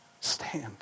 stand